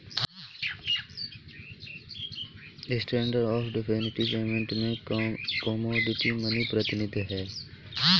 standard of deferred payment में commodity money प्रतिनिधि धन हैं